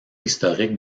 historique